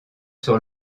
sur